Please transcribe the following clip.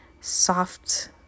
soft